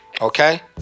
Okay